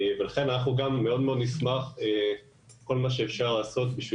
לכן אנחנו נשמח מאוד לכל מה שאפשר לעשות כדי